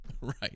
Right